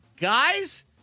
guys